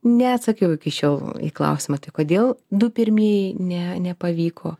neatsakiau iki šiol į klausimą tai kodėl du pirmieji ne nepavyko